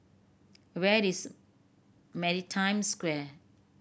where is Maritime Square